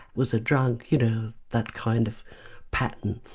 was a drunk, you know, that kind of pattern?